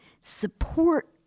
Support